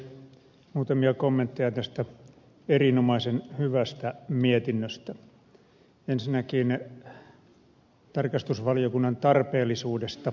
muutamia kommentteja tästä erinomaisen hyvästä mietinnöstä ensinnäkin tarkastusvaliokunnan tarpeellisuudesta